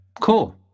Cool